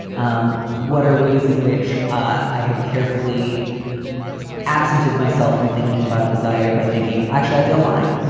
um what are ways in which i have carefully absented myself from thinking about desire by thinking actually i feel fine.